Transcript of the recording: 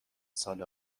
سال